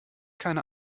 keine